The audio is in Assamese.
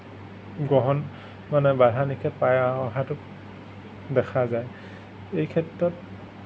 বহন মানে বাধা নিষেধ পাই অহাটো দেখা যায় এইক্ষেত্ৰত